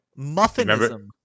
Muffinism